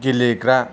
गेलेग्रा